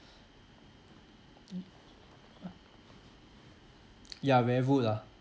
ya very rude lah